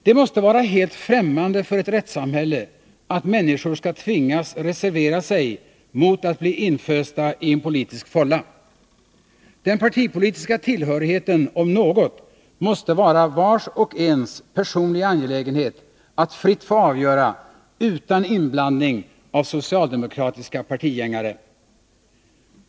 Det måste vara helt främmande för ett rättssamhälle att människor skall tvingas reservera sig mot att bli infösta i en politisk fålla, Den partipolitiska tillhörigheten, om något, måste det vara vars och ens personliga angelägenhet att fritt få avgöra — utan inblandning av socialdemokratiska partigängare.